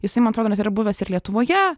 jisai man atrodo nes yra buvęs ir lietuvoje